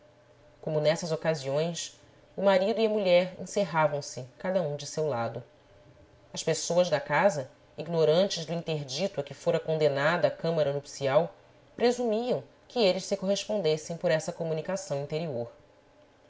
como nessas ocasiões o marido e a mulher encerravam se cada um de seu lado as pessoas da casa ignorantes do interdito a que fora condenada a câmara nupcial presumiam que eles se correspondessem por essa comunicação interior